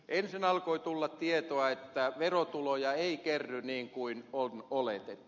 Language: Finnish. ensin alkoi tulla tietoa että verotuloja ei kerry niin kuin on oletettu